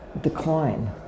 decline